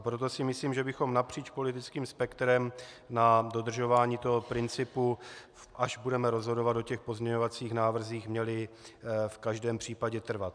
Proto si myslím, že bychom napříč politickým spektrem na dodržování toho principu, až budeme rozhodovat o pozměňovacích návrzích, měli v každém případě trvat.